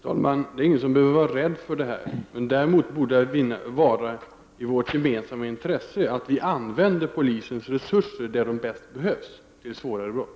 Herr talman! Ingen behöver vara rädd. Däremot borde det vara i vårt gemensamma intresse att vi använder polisens resurser där de bäst behövs — till svårare brott.